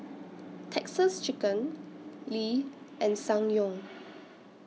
Texas Chicken Lee and Ssangyong